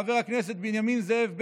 חבר הכנסת בנימין זאב בגין,